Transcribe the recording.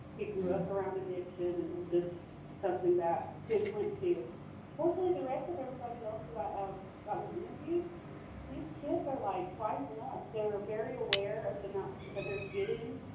he grew up around addiction. and it was just something that his went to fortunately, the rest of everybody else that i ah that was interviewed these kids are, like, wising up. they're very aware of the amounts that that they're getting.